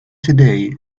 today